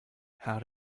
how